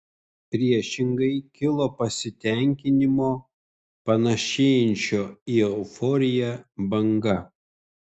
priešingai kilo pasitenkinimo panašėjančio į euforiją banga